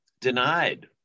denied